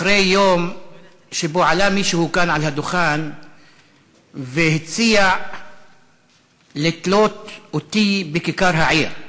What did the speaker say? אחרי יום שבו עלה מישהו כאן על הדוכן והציע לתלות אותי בכיכר העיר,